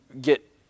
get